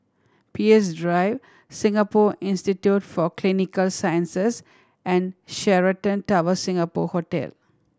Peirce Drive Singapore Institute for Clinical Sciences and Sheraton Towers Singapore Hotel